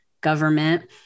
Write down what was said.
government